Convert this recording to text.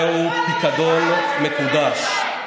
זהו פיקדון מקודש.